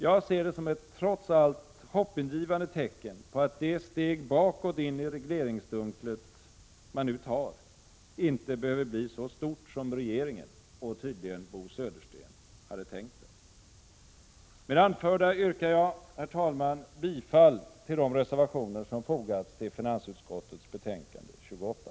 Jag ser det som ett trots allt hoppingivande tecken på att det steg bakåt in i regleringsdunklet man nu tar inte behöver bli så stort som regeringen — och tydligen Bo Södersten — hade tänkt sig. Med det anförda yrkar jag, herr talman, bifall till de reservationer som fogats till finansutskottets betänkande 28.